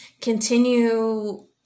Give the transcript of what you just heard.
Continue